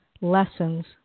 lessons